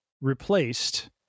replaced